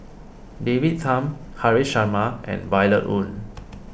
David Tham Haresh Sharma and Violet Oon